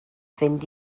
fynd